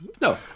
no